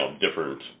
different